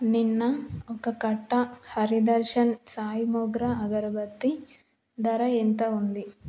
నిన్న ఒక కట్ట హరి దర్శన్ సాయి మోగ్రా అగరబత్తి ధర ఎంత ఉంది